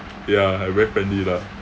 ya I very friendly lah